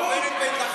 בורות?